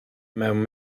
mewn